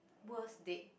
worse date